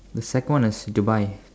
the second one is Dubai